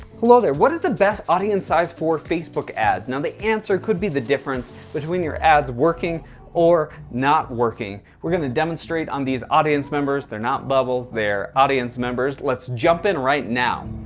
hello there, what is the best audience size for facebook ads? now the answer could be the difference between your ads working or not working. we're going to demonstrate on these audience members. they're not bubbles, their audience members, let's jump in right now.